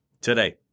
today